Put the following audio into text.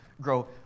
grow